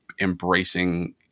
embracing